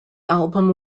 album